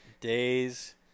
days